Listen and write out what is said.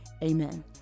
Amen